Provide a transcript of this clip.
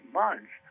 months